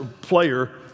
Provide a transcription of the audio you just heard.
player